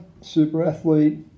super-athlete